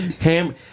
ham